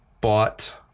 bought